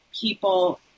people